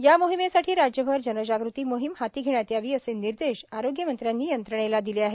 या मोहिमेसाठी राज्यभर जनजागृती मोहीम हाती घेण्यात यावी असे निर्देश आरोग्यमंत्र्यांनी यंत्रणेला दिले आहे